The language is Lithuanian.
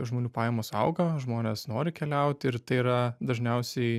žmonių pajamos auga žmonės nori keliauti ir tai yra dažniausiai